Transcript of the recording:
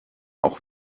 auch